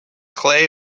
clay